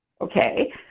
okay